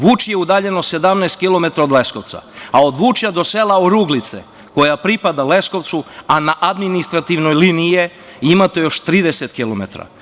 Vučije je udaljeno 17 kilometara od Leskovca, a od Vučja do sela Oruglice, koja pripada Leskovcu, a na administrativnoj liniji je, imate još 30 kilometara.